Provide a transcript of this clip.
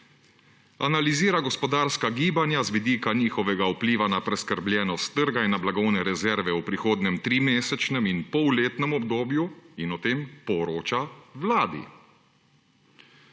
»Analizira gospodarska gibanja z vidika njihovega vpliva na preskrbljenost trga in na blagovne rezerve v prihodnjem trimesečnem in polletnem obdobju in o tem poroča vladi,«